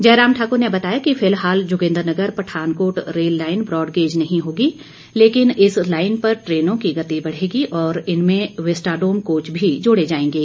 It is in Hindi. जयराम ठाकुर ने बताया कि फिलहाल Jogindernagar Pathankot rail line broad gauge नहीं होगी लेकिन इस लाईन पर ट्रेनों की गति बढ़ेगी और इनमें विस्टाडोम कोच भी जोड़े जाएंगे